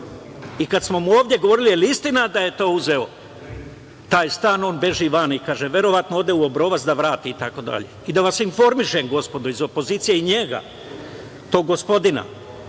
i kada smo mu ovde govorili da li je istina da je uzeo taj stan, on beži van, verovatno ode u Obrovac da vrati itd.I da vas informišem, gospodo iz opozicije, i njega, tog gospodina,